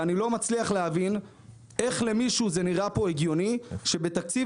ואני לא מצליח להבין איך למישהו זה נראה פה הגיוני שבתקציב